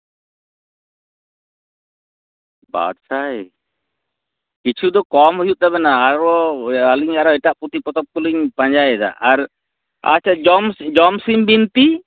ᱵᱟᱨ ᱥᱟᱭ ᱠᱤᱪᱷᱩ ᱫᱚ ᱠᱚᱢ ᱩᱭᱩᱜ ᱛᱟᱵᱮᱱᱟ ᱟᱨᱦᱚᱸ ᱞᱤᱧ ᱟᱨᱦᱚᱸ ᱮᱴᱟᱜ ᱯᱩᱛᱷᱤ ᱯᱚᱛᱚᱵ ᱠᱚᱞᱤᱧ ᱯᱟᱸᱡᱟᱭᱫᱟ ᱟᱨ ᱟᱪᱪᱷᱟ ᱡᱚᱢ ᱡᱚᱢᱥᱤᱢ ᱵᱤᱱᱛᱤ